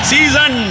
Season